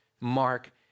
Mark